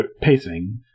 pacing